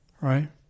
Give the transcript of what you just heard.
Right